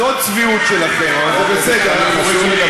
אז עוד צביעות שלכם, אבל זה בסדר, אנחנו רגילים.